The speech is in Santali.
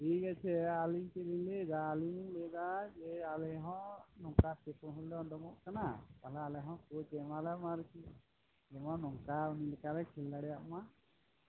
ᱴᱷᱤᱠ ᱟᱪᱷᱮ ᱟᱹᱞᱤᱧ ᱪᱮᱫ ᱞᱤᱧ ᱞᱟᱹᱭ ᱮᱫᱟ ᱟᱹᱞᱤᱧ ᱞᱤᱧ ᱞᱟᱹᱭ ᱮᱫᱟ ᱡᱮ ᱟᱞᱮ ᱦᱚᱸ ᱱᱚᱝᱠᱟ ᱯᱮᱯᱩᱱ ᱦᱚᱲ ᱞᱮ ᱚᱰᱳᱝᱚᱜ ᱠᱟᱱᱟ ᱛᱟᱦᱚᱞᱮ ᱟᱞᱮ ᱦᱚᱸ ᱠᱳᱡ ᱮᱢᱟᱞᱮᱢ ᱟᱨᱠᱤ ᱡᱮᱢᱚᱱ ᱱᱚᱝᱠᱟ ᱩᱱᱤ ᱞᱮᱠᱟ ᱞᱮ ᱠᱷᱮᱞ ᱫᱟᱲᱮᱭᱟᱜᱢᱟ